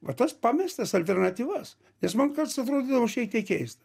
va tas pamestas alternatyvas nes man kartais atrodydavo šiek tiek keista